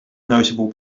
notable